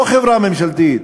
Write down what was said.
לא חברה ממשלתית